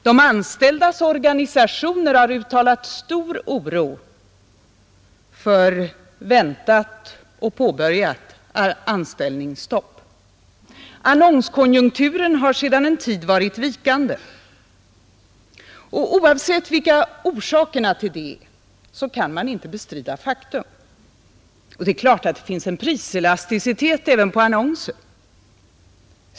De anställdas organisationer har uttalat stor oro för väntat och påbörjat anställningsstopp. Annonskonjunkturen har sedan en tid varit vikande, och oavsett vilka orsakerna till det är, så kan man inte bestrida faktum. Det är klart att det finns en priselasticitet även på annonser.